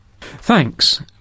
Thanks